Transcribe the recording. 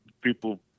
people